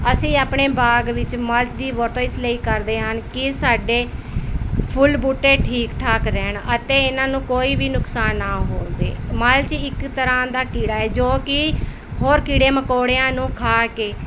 ਅਸੀਂ ਆਪਣੇ ਬਾਗ ਵਿੱਚ ਮਲਚ ਦੀ ਵਰਤੋਂ ਇਸ ਲਈ ਕਰਦੇ ਹਨ ਕਿ ਸਾਡੇ ਫੁੱਲ ਬੂਟੇ ਠੀਕ ਠਾਕ ਰਹਿਣ ਅਤੇ ਇਹਨਾਂ ਨੂੰ ਕੋਈ ਵੀ ਨੁਕਸਾਨ ਨਾ ਹੋਵੇ ਮਲਚ ਇੱਕ ਤਰ੍ਹਾਂ ਦਾ ਕੀੜਾ ਹੈ ਜੋ ਕਿ ਹੋਰ ਕੀੜੇ ਮਕੌੜਿਆਂ ਨੂੰ ਖਾ ਕੇ